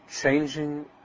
Changing